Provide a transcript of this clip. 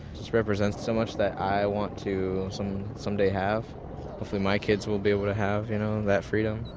just represents so much that i want to someday have hopefully my kids will be able to have you know that freedom.